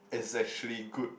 is actually good